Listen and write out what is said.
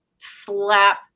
Slap